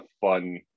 fun